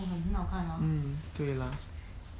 mm 对 lah